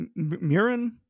murin